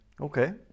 Okay